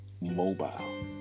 mobile